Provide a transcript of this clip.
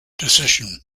decision